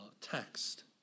text